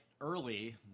Early